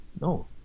No